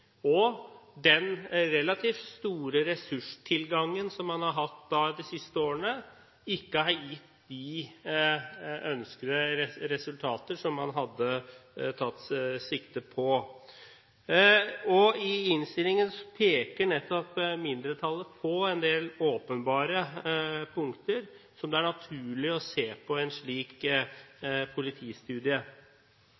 og at den relativt store ressurstilgangen som man har hatt de siste årene, ikke har gitt de ønskede resultater som man hadde tatt sikte på. I innstillingen peker nettopp mindretallet på en del åpenbare punkter som det er naturlig å se på i en slik